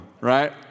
right